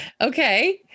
Okay